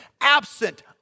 absent